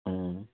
उम्म